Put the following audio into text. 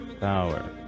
Power